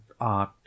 art